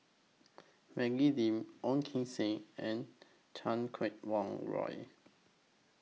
Maggie Lim Ong Kim Seng and Chan Kum Wah Roy